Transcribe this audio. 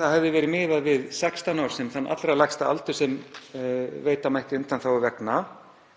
miðað hefði verið við 16 ár sem hinn allra lægsta aldur sem veita mætti undanþágu vegna.